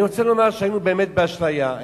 אני רוצה לומר שהיינו באמת באשליה,